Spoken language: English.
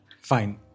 Fine